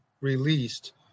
released